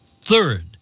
Third